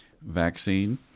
vaccine